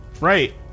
Right